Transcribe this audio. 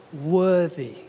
worthy